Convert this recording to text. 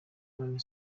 none